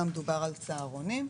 גם דובר על צהרונים,